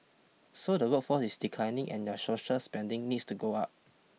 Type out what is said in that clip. so the workforce is declining and your social spending needs to go up